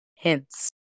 hints